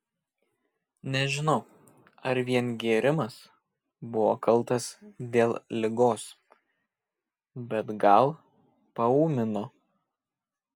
nežinau ar vien gėrimas buvo kaltas dėl ligos bet gal paūmino